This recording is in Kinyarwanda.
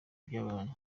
ibyabaye